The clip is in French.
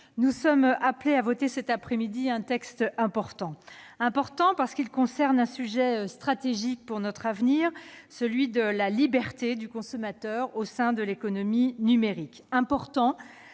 nous sommes appelés à voter, cet après-midi, un texte important : important, parce qu'il concerne un sujet stratégique pour l'avenir, la liberté du consommateur au sein de l'économie numérique ; important,